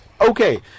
Okay